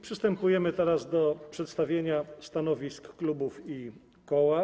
Przystępujemy teraz do przedstawienia stanowisk klubów i koła.